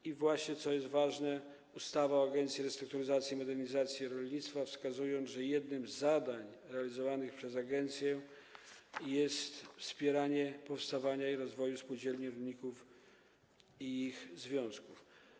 I właśnie, co jest ważne, ustawa o Agencji Restrukturyzacji i Modernizacji Rolnictwa wskazuje, że jednym z zadań realizowanych przez agencję jest wspieranie powstawania i rozwoju spółdzielni rolników i ich związków.